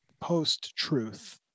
post-truth